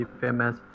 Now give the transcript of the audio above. famous